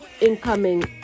incoming